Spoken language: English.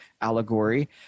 allegory